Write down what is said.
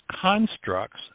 constructs